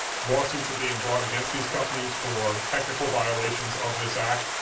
lawsuits are being brought against these companies for technical violations of this act,